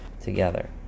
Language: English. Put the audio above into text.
together